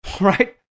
right